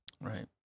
Right